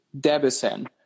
Debison